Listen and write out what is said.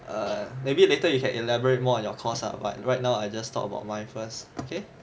err maybe later you can elaborate more on your course lah but right now I just talk about mine first okay